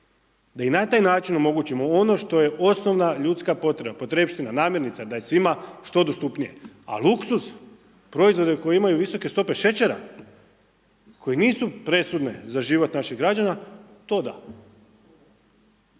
da i na taj način omogućimo ono što je osnovna ljudska potreba, potrepština, namirnica, da je svima što dostupnije. A luksuz proizvoda koji imaju visoke stope šećera koje nisu presudne za život naših građana, to da.